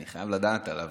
אני חייב לדעת עליו.